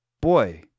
boy